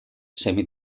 semi